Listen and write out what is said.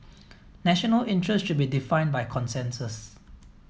national interest should be defined by consensus